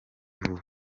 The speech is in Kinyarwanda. vuba